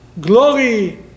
glory